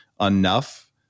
enough